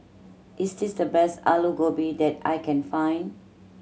is this the best Alu Gobi that I can find